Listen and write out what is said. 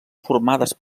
formades